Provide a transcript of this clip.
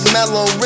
Mellow